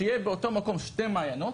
שיהיה באותו מקום שני מעניינות,